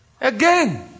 Again